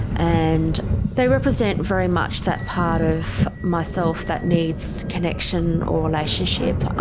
and they represent very much that part of myself that needs connection or relationship.